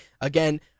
again